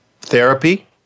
therapy